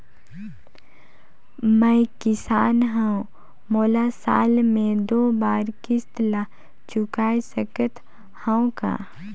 मैं किसान हव मोला साल मे दो बार किस्त ल चुकाय सकत हव का?